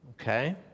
Okay